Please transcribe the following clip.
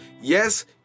Yes